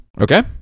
Okay